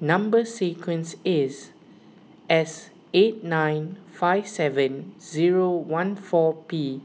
Number Sequence is S eight nine five seven zero one four P